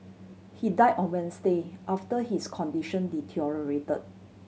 he died on Wednesday after his condition deteriorate